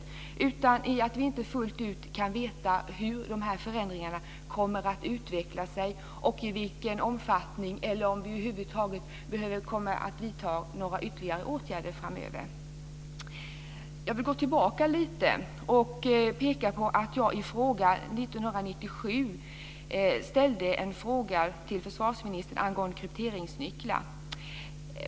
Den består i att vi inte fullt ut kan veta hur de här förändringarna kommer att utveckla sig. Det handlar om i vilken omfattning vi kommer att behöva vidta ytterligare åtgärder framöver - om vi över huvud taget kommer att behöva göra det. Jag vill gå tillbaka lite och peka på att jag 1997 ställde en fråga till försvarsministern angående krypteringsnycklar.